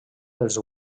dels